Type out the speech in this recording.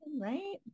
right